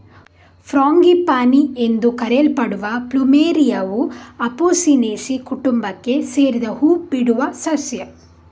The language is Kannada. ಫ್ರಾಂಗಿಪಾನಿ ಎಂದು ಕರೆಯಲ್ಪಡುವ ಪ್ಲುಮೆರಿಯಾವು ಅಪೊಸಿನೇಸಿ ಕುಟುಂಬಕ್ಕೆ ಸೇರಿದ ಹೂ ಬಿಡುವ ಸಸ್ಯ